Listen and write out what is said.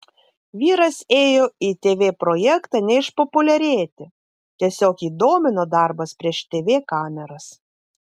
vyras ėjo į tv projektą ne išpopuliarėti tiesiog jį domino darbas prieš tv kameras